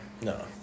No